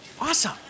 Awesome